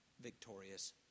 victorious